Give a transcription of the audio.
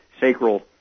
sacral